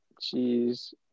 cheese